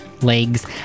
legs